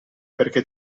perché